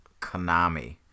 Konami